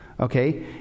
okay